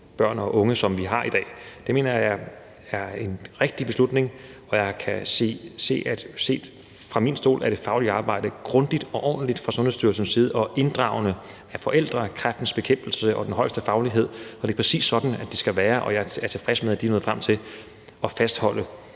børn og unge, som vi har i dag. Det mener jeg er en rigtig beslutning, og set fra min stol er det faglige arbejde fra Sundhedsstyrelsens side grundigt og ordentligt og inddragende i forhold til forældre, Kræftens Bekæmpelse og den højeste faglighed. Det er præcis sådan, det skal være, og jeg er tilfreds med, at de er nået frem til at fastholde